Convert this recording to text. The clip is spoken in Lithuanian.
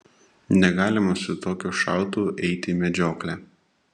negalima su tokiu šautuvu eiti į medžioklę